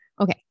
Okay